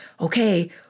okay